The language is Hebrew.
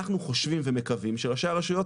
אנחנו חושבים ומקווים שראשי הרשויות